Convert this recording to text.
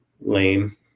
lame